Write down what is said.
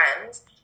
friends